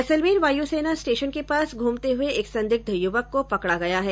जैसलमेर वायुसेना स्टेशन के पास घ्रमते हुए एक संदिग्ध युवक को पकड़ा गया है